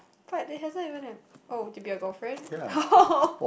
but it hasn't even hap~ oh to be a your girlfriend oh